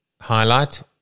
highlight